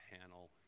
panel